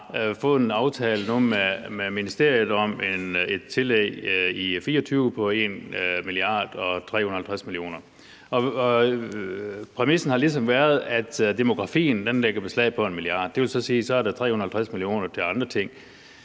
nu har fået en aftale med ministeriet om et tillæg i 2024 på 1,35 mia. kr. Præmissen har ligesom været, at demografien lægger beslag på 1 mia. kr., og det vil så sige, at der er 350 mio. kr. til andre ting.